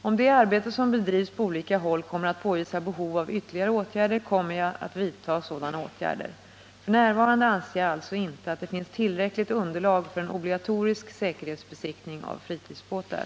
Om det arbete som bedrivs på olika håll kommer att påvisa behov av ytterligare åtgärder kommer jag att vidta sådana åtgärder. F.n. anser jag alltså inte att det finns tillräckligt underlag för en obligatorisk säkerhetsbesiktning av fritidsbåtar.